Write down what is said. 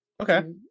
Okay